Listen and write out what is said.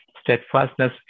steadfastness